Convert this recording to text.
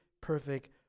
perfect